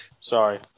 Sorry